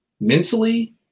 mentally